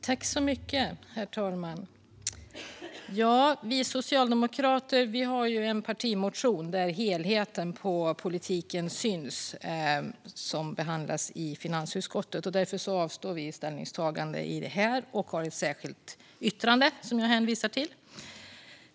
Herr talman! Vi socialdemokrater har en partimotion där helheten på politiken syns och som behandlas i finansutskottet. Därför avstår vi från ställningstagande i detta ärende, men vi har ett särskilt yttrande som jag hänvisar till.